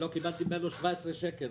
אני לא קיבלתי ממנו 17 שקל.